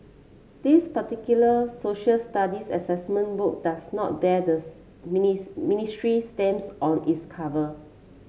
this particular Social Studies assessment book does not bear the ministry's stamps on its cover